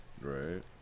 Right